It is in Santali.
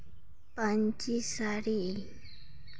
ᱯᱟᱹᱧᱪᱤ ᱥᱟᱹᱲᱤ